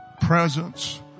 presence